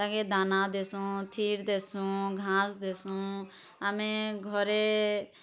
ତାକେ ଦାନା ଦେସୁଁ ଥିର ଦେସୁଁ ଘାସ ଦେସୁଁ ଆମେ ଘରେ